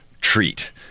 treat